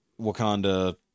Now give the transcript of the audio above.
Wakanda